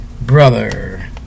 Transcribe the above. Brother